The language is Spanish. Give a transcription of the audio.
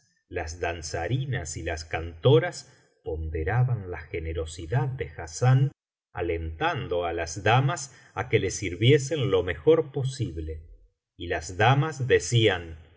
las danzarinas y las cantoras ponderaban la generosidad de hassán alentando á las damas á que le sirviesen lo mejor posible y las damas decían